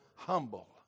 Humble